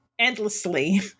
endlessly